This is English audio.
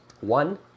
One